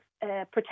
protect